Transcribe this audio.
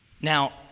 Now